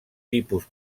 tipus